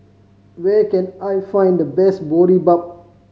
where can I find the best Boribap